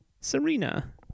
Serena